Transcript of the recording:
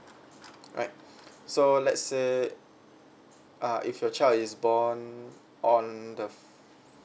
alright so let say uh if your child is born on the